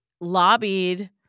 lobbied